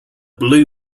blue